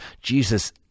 Jesus